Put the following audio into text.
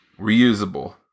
Reusable